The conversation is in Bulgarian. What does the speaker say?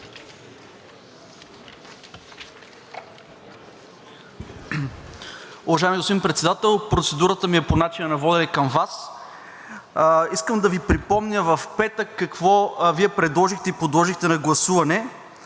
Уважаеми господин Председател, процедурата ми е по начина на водене към Вас. Искам да Ви припомня в петък какво Вие предложихте и подложихте на гласуване.